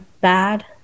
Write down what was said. bad